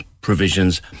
provisions